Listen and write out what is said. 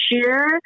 share